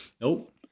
Nope